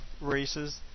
races